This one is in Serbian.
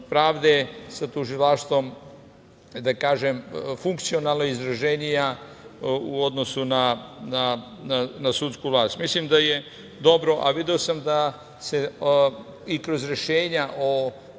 sa tužilaštvom, da kažem, funkcionalno izraženija u odnosu na sudsku vlast. Mislim da je dobro, a video sam i kroz rešenja o